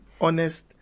honest